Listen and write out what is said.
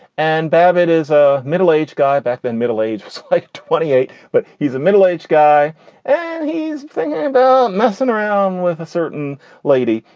and babbitt is a middle aged guy back then middle ages like twenty eight, but he's a middle aged guy and he's and messing around with a certain lady.